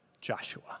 Joshua